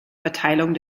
verteilung